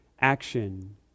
action